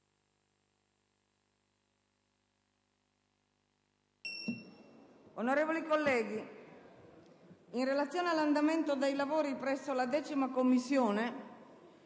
finestra"). Colleghi, in relazione all'andamento dei lavori presso la 10a Commissione,